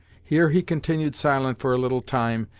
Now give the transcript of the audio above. here he continued silent for a little time,